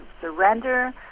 surrender